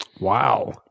Wow